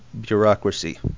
bureaucracy